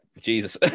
Jesus